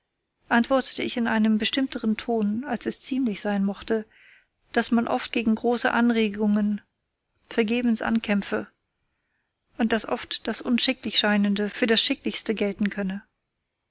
antwortete ich in beinahe bestimmterem ton als es ziemlich sein mochte daß man oft gegen große anregungen vergebens ankämpfe und daß oft das unschicklich scheinende für das schicklichste gelten könne